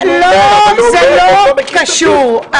אבל היא אומרת שהם לא מכירים את התיק.